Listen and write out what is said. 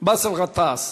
באסל גטאס,